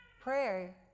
prayer